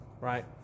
Right